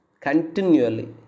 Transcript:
continually